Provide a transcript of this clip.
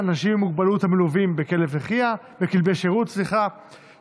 חישוב היעדרות לחולים במחלה קשה) שמספרה 1606,